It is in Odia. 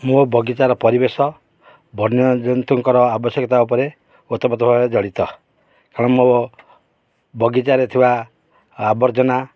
ମୋ ବଗିଚାର ପରିବେଶ ବନ୍ୟ ଜନ୍ତୁଙ୍କର ଆବଶ୍ୟକତା ଉପରେ ଓତପୋତ ଭାବେ ଜଡ଼ିତ କାରଣ ମୋ ବଗିଚାରେ ଥିବା ଆବର୍ଜନା